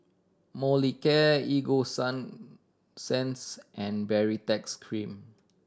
Molicare Ego Sunsense and Baritex Cream